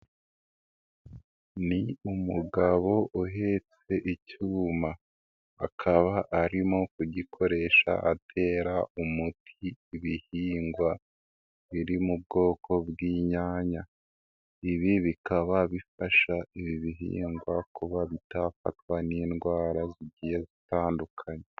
Ni umugabo uhetse icyuma akaba arimo kugikoresha atera umuti ibihingwa biri mu bwoko bw'inyanya, ibi bikaba bifasha ibi bihingwa kuba bitafatwa n'indwara zigiye zitandukanye.